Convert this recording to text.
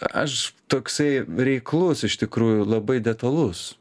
aš toksai reiklus iš tikrųjų labai detalus